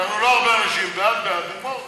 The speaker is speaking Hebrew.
הרווחה והבריאות להכנה לקריאה השנייה והשלישית.